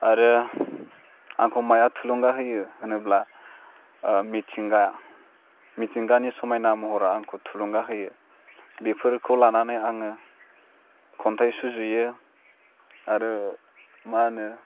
आरो आंखौ माया थुलुंगा होयो होनोब्ला मिथिंगा मिथिंगानि समायना महरा आंखौ थुलुंगा होयो बेफोरखौ लानानै आङो खन्थाइ सुजुयो आरो मा होनो